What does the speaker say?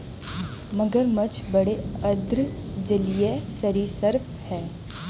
मगरमच्छ बड़े अर्ध जलीय सरीसृप हैं